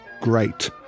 great